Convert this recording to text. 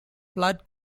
flood